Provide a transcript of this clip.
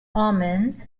omen